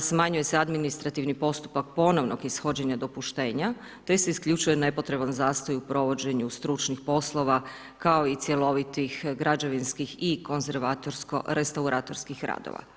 smanjuje se administrativni postupak ponovnog ishođenja dopuštenja, te se isključuje nepotreban zastoj u provođenju stručnih poslova, kao i cjelovitih, građevinskih i konzervatorsko restauratorskih radova.